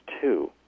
two